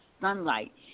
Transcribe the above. sunlight